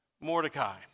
Mordecai